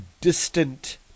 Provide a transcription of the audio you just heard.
distant